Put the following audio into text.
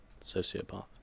Sociopath